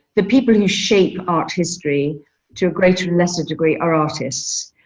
the people who shape art history to greater, lesser degree are artists.